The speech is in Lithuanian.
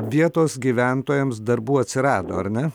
vietos gyventojams darbų atsirado ar ne